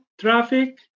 traffic